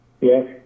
Yes